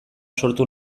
sortu